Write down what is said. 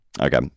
Okay